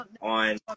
on